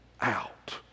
out